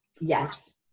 yes